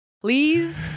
please